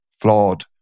flawed